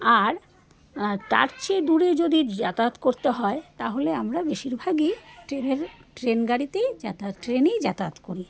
আর তার চেয়ে দূরে যদি যাতায়াত করতে হয় তাহলে আমরা বেশিরভাগই ট্রেনের ট্রেন গাড়িতেই যাতায়াত ট্রেনেই যাতায়াত করি